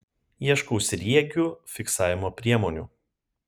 ieškau sriegių fiksavimo priemonių